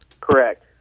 Correct